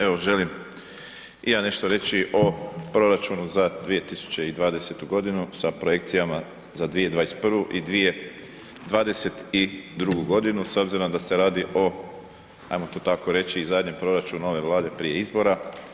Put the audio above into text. Evo želim i ja nešto reći o proračunu za 2020. g. sa projekcijama za 2021. i 2022. g. s obzirom da se radi o, hajmo to tako reći zadnjem proračunu ove Vlade prije izbora.